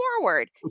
forward